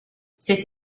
cette